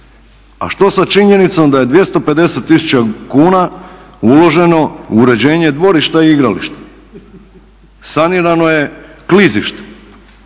A što sa činjenicom da je 250 tisuća kuna uloženo u uređenje dvorišta i igrališta? Sanirano je klizište,